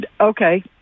Okay